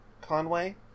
Conway